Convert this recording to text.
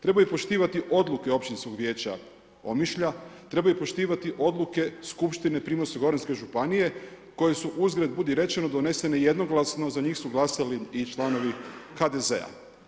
Trebaju poštivati odluke općinskog vijeća Omišlja, trebaju poštivati odluke skupštine Primorsko-goranske županije koje su uzgred budi rečeno, donesene jednoglasno, za njih su glasali i članovi HDZ-a.